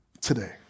today